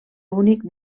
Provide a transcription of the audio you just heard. únic